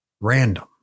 Random